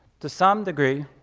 to some degree,